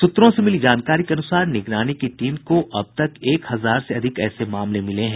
सूत्रों से मिली जानकारी के अनुसार निगरानी की टीम को अब तक एक हजार से अधिक ऐसे मामले मिले हैं